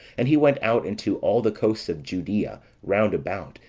and he went out into all the coasts of judea round about,